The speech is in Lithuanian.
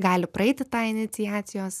gali praeiti tą iniciacijos